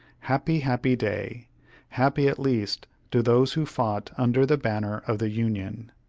happy, happy day happy at least to those who fought under the banner of the union.